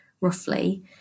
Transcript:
roughly